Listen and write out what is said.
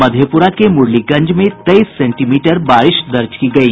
मधेपुरा के मुरलीगंज में तेईस सेंटीमीटर बारिश दर्ज की गयी